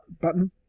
button